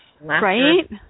Right